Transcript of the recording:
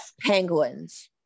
penguins